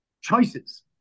choices